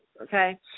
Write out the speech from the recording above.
Okay